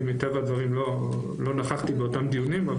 מטבע הדברים לא נכחתי באותם דיונים,